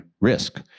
risk